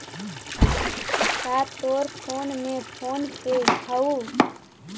का तोर फोन में फोन पे हउ?